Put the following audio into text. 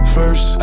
first